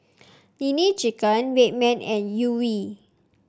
Nene Chicken Red Man and Yuri